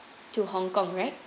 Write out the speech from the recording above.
to Hong-Kong right